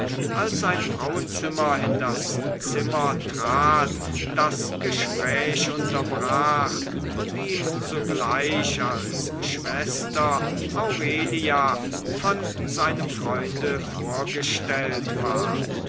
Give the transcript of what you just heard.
als ein frauenzimmer in das zimmer trat das gespräch unterbrach und ihm sogleich als schwester aurelia von seinem freunde vorgestellt ward